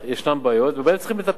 ישנן בעיות ובהן צריך לטפל.